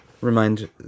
remind